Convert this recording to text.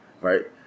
right